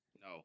No